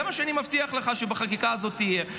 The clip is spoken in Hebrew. זה מה שאני מבטיח לך שבחקיקה הזאת יהיה.